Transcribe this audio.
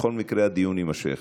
בכל מקרה הדיון יימשך.